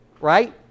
right